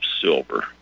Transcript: silver